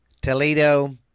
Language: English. Toledo